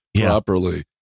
properly